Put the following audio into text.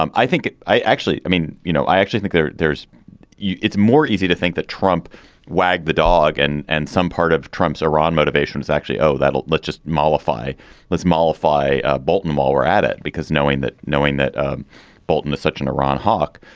um i think i actually. i mean, you know, i actually think there's there's it's more easy to think that trump wag the dog and and some part of trump's iran motivations, actually. oh, that. let's just mollify let's mollify ah bolton while we're at it. because knowing that knowing that um bolton is such an iran hawk.